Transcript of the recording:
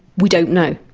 we don't know.